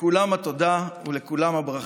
לכולם התודה ולכולם הברכה.